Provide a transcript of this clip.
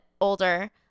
older